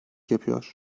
yapıyor